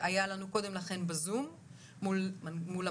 שהיה לנו קודם לכן בזום מול המנכ"ל,